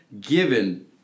given